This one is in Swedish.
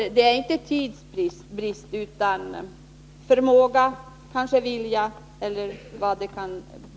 Så det är inte tidsbrist utan brist på förmåga och vilja eller något annat.